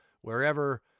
wherever